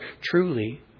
truly